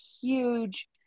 huge